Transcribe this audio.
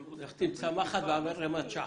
לך תמצא מחט בערימת שחת.